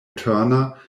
turner